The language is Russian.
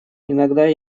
иногда